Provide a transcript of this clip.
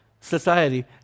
society